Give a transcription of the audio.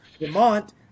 Vermont